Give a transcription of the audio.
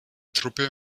truppe